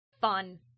fun